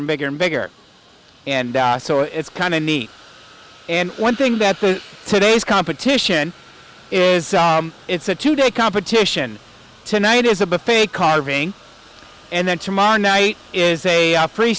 and bigger and bigger and so it's kind of neat and one thing that today's competition is it's a two day competition tonight is a buffet carving and then tomorrow night is a free